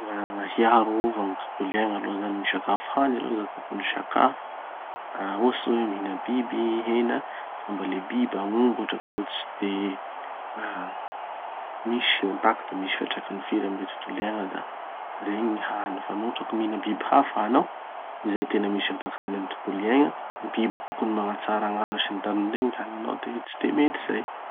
Mba hiarova gny tontolo iaigna aloha zany misakafo haly hanao da tokony hisakafo, ah ohatsy zao hoe mihina biby, hena. Fa mba le biby, agnomby hotraky zao tsy de ah misy impact misy fiatraikany firy amy le tontolo iaigna da regny gny hany. Fa no hotraky mihina biby hafa hanao, izay tena misy impact-ny amy tontolo iaigna, biby tokony magnatsara gn'ala sy tany ambole gny haninao de tsy de mety zay.